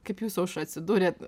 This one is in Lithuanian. kaip jūs atsidūrėt